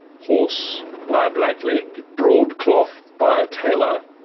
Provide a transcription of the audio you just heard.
horse by a blackleg, broadcloth by a tailor,